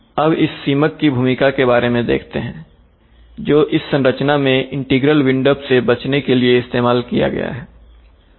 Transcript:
अब इस सीमक की भूमिका के बारे में देखते हैं जो इस संरचना में इंटीग्रल विंड अप से बचने के लिए इस्तेमाल किया गया है